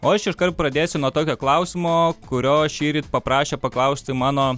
o aš iškart pradėsiu nuo tokio klausimo kurio šįryt paprašė paklausti mano